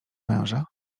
męża